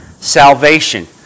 salvation